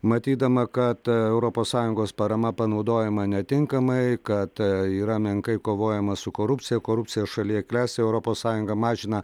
matydama kad europos sąjungos parama panaudojama netinkamai kad yra menkai kovojama su korupcija korupcija šalyje klesti europos sąjunga mažina